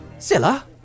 Zilla